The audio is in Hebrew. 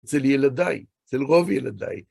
אצל ילדיי, אצל רוב ילדיי.